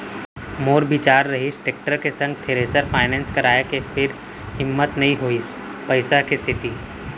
मोर बिचार रिहिस टेक्टर के संग थेरेसर फायनेंस कराय के फेर हिम्मत नइ होइस पइसा के सेती